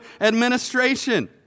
administration